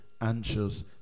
anxious